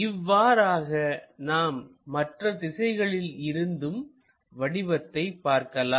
இவ்வாறாக நாம் மற்ற திசைகளில் இருந்தும் வடிவத்தை பார்க்கலாம்